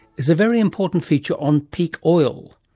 is a very important feature on peak oil.